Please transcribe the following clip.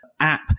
app